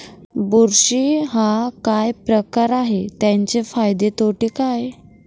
बुरशी हा काय प्रकार आहे, त्याचे फायदे तोटे काय?